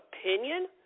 opinion